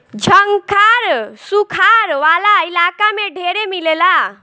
झंखाड़ सुखार वाला इलाका में ढेरे मिलेला